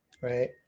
right